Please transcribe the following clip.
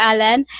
Alan